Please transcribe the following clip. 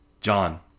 John